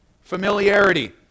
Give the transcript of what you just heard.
Familiarity